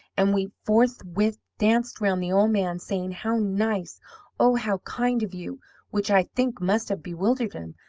and we forthwith danced round the old man, saying, how nice oh, how kind of you which i think must have bewildered him,